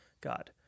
God